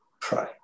pray